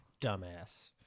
dumbass